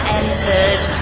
entered